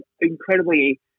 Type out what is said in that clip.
incredibly